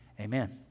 Amen